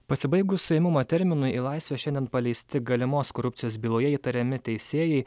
pasibaigus suėmimo terminui į laisvę šiandien paleisti galimos korupcijos byloje įtariami teisėjai